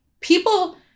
People